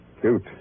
Cute